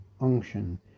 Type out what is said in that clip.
unction